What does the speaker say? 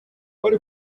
kwari